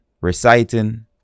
reciting